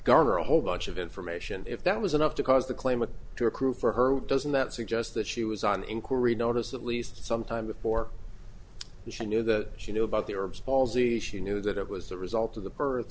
garner a whole bunch of information if that was enough to cause the claimant to accrue for her doesn't that suggest that she was on inquiry notice at least some time before she knew that she knew about the herbs palsy she knew that it was the result of the birth